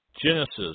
Genesis